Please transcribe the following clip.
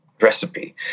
recipe